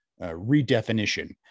redefinition